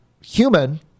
human